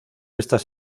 estas